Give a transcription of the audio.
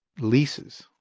leases